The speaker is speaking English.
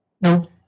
No